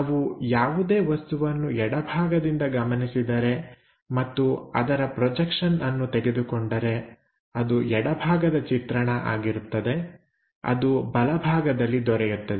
ನಾವು ಯಾವುದೇ ವಸ್ತುವನ್ನು ಎಡಭಾಗದಿಂದ ಗಮನಿಸಿದರೆ ಮತ್ತು ಅದರ ಪ್ರೊಜೆಕ್ಷನ್ಅನ್ನು ತೆಗೆದುಕೊಂಡರೆ ಅದು ಎಡಭಾಗದ ಚಿತ್ರಣ ಅದು ಬಲಭಾಗದಲ್ಲಿ ದೊರೆಯುತ್ತದೆ